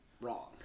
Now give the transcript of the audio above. wrong